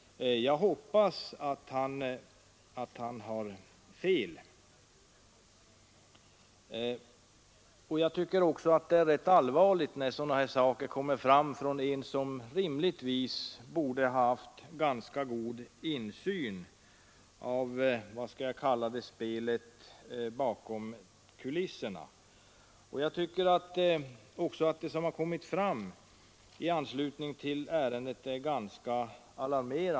Jag hoppas att han har fel. Det är rätt allvarligt att sådant här kommer fram från en som rimligtvis borde ha haft ganska god insyn i ”spelet bakom kulisserna”.